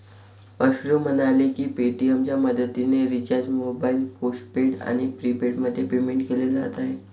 अश्रू म्हणाले की पेटीएमच्या मदतीने रिचार्ज मोबाईल पोस्टपेड आणि प्रीपेडमध्ये पेमेंट केले जात आहे